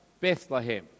Bethlehem